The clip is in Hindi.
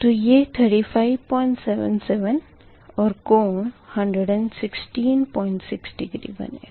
तो यह 3577 और कोण 1166 डिग्री बनेगा